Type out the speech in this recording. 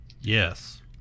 Yes